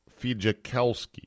Fijakowski